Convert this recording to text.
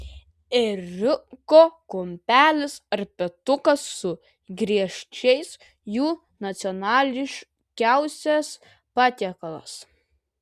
ėriuko kumpelis ar petukas su griežčiais jų nacionališkiausias patiekalas